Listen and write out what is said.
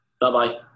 Bye-bye